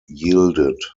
yielded